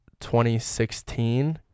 2016